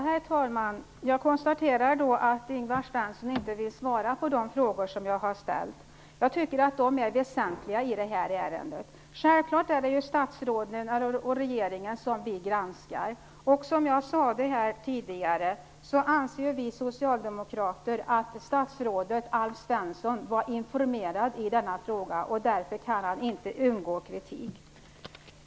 Herr talman! Jag konstaterar att Ingvar Svensson inte vill svara på de frågor som jag ställt. Jag tycker att dessa frågor är väsentliga i detta ärende. Självfallet är det statsråden och regeringen som granskas. Och vi socialdemokrater anser att statsrådet Alf Svensson var informerad i denna fråga, därför kan han inte undgå kritik.